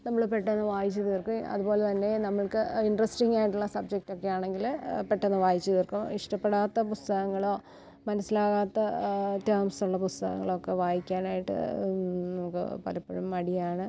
നമ്മള് പെട്ടെന്ന് വായിച്ചുതീർക്കും അതുപോലെതന്നെ നമ്മക്ക് ഇൻട്രസ്റ്റിംഗായിട്ടുള്ള സബ്ജക്ട് ഒക്കെ ആണെങ്കില് പെട്ടെന്ന് വായിച്ചുതീർക്കും ഇഷ്ടപ്പെടാത്ത പുസ്തകങ്ങളോ മനസ്സിലാകാത്ത ടേംസുള്ള പുസ്തകങ്ങളൊക്കെ വായിക്കാനായിട്ട് നമുക്ക് പലപ്പോഴും മടിയാണ്